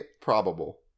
probable